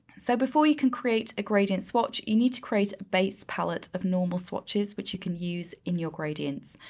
so before you can create a gradients swatch, you need to create a base palette of normal swatches which you can use in your gradients.